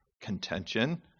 contention